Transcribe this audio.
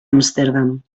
amsterdam